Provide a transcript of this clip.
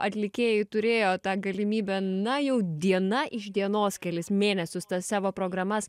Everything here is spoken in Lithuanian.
atlikėjai turėjo tą galimybę na jau diena iš dienos kelis mėnesius tas savo programas